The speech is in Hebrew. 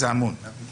לגבי